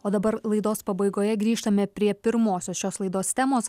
o dabar laidos pabaigoje grįžtame prie pirmosios šios laidos temos